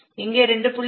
இங்கே 2